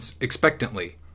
expectantly